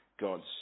God's